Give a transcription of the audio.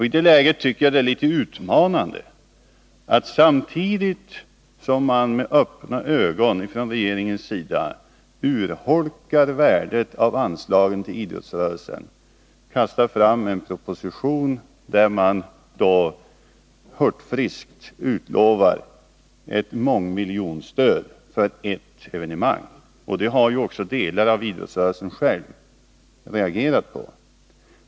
I det läget tycker jag att det är litet utmanande att regeringen samtidigt som den med öppna ögon urholkar värdet av anslagen till idrottsrörelsen kastar fram en proposition där den hurtfriskt utlovar ett mångmiljonstöd för ett evenemang. Detta har också delar av idrottsrörelsen reagerat mot.